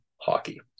hockey